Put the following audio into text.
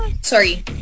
Sorry